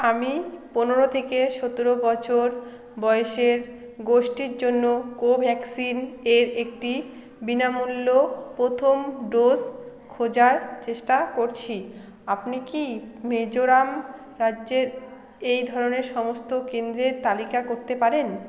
আমি পনেরো থেকে সতেরো বছর বয়েসের গোষ্টীর জন্য কোভ্যাক্সিন এর একটি বিনামূল্য প্রথম ডোজ খোঁজার চেষ্টা করছি আপনি কি মিজোরাম রাজ্যের এই ধরনের সমস্ত কেন্দ্রের তালিকা করতে পারেন